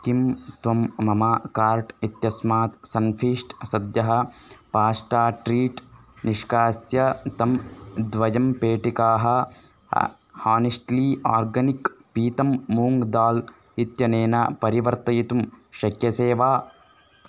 किं त्वं मम कार्ट् इत्यस्मात् सन्फीस्ट् सद्यः पास्टा ट्रीट् निष्कास्य तं द्वयं पेटिकाः हानेस्ट्ली आर्गनिक् पीतं मूङ्ग् दाल् इत्यनेन परिवर्तयितुं शक्यसे वा